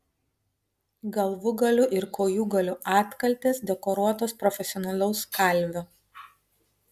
galvūgalių ir kojūgalių atkaltės dekoruotos profesionalaus kalvio